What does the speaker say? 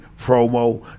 promo